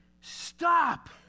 Stop